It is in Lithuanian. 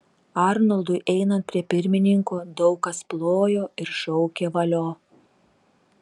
arnoldui einant prie pirmininko daug kas plojo ir šaukė valio